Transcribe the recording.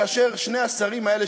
כאשר שני השרים האלה,